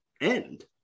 end